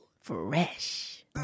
Fresh